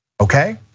okay